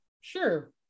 Sure